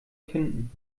finden